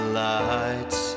lights